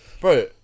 Bro